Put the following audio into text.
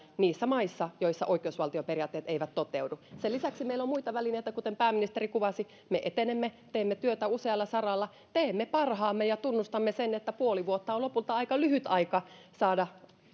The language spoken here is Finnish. niissä maissa joissa oikeusvaltioperiaatteet eivät toteudu sen lisäksi meillä on muita välineitä kuten pääministeri kuvasi me etenemme teemme työtä usealla saralla teemme parhaamme ja tunnustamme sen että puoli vuotta on lopulta aika lyhyt aika saada